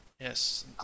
yes